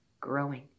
growing